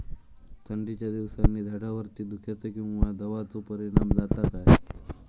थंडीच्या दिवसानी झाडावरती धुक्याचे किंवा दवाचो परिणाम जाता काय?